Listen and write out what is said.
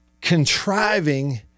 contriving